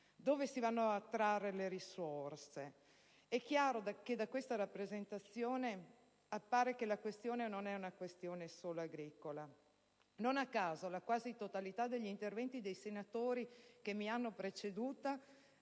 dove si vanno a trarre le risorse. È chiaro da questa rappresentazione che la questione non è solo agricola. Non a caso, nella quasi totalità degli interventi dei senatori che mi hanno preceduto,